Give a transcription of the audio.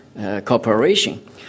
cooperation